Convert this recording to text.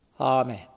Amen